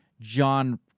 John